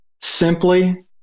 simply